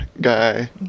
guy